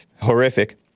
Horrific